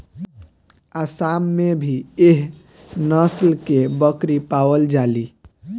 आसाम में भी एह नस्ल के बकरी पावल जाली